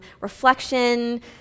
reflection